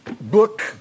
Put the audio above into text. book